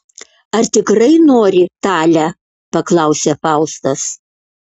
ar tikrai nori tale paklausė faustas